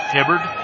Hibbard